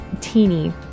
teeny